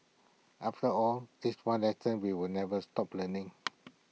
after all this one lesson we will never stop learning